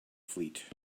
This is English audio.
fleet